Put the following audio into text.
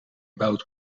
bouwt